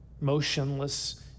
motionless